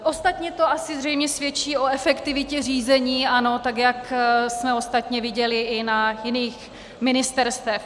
Ostatně to asi zřejmě svědčí o efektivitě řízení ANO, tak jak jsme ostatně viděli i na jiných ministerstvech.